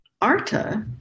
Arta